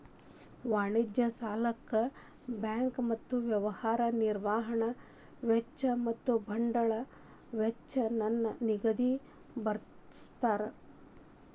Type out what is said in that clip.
ವಾಣಿಜ್ಯ ಸಾಲಕ್ಕ ಬ್ಯಾಂಕ್ ಮತ್ತ ವ್ಯವಹಾರ ನಿರ್ವಹಣಾ ವೆಚ್ಚ ಮತ್ತ ಬಂಡವಾಳ ವೆಚ್ಚ ನ್ನ ನಿಧಿಗ ಬಳ್ಸ್ತಾರ್